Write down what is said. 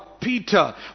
Peter